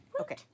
Okay